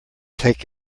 take